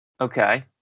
Okay